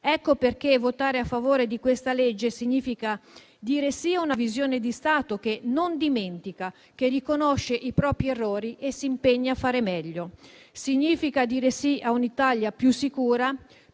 Ecco perché votare a favore di questa legge significa dire sì a una visione di Stato che non dimentica, che riconosce i propri errori e si impegna a fare meglio. Significa dire sì a un'Italia più sicura,